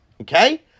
Okay